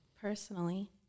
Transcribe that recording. personally